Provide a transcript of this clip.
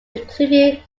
including